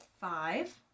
five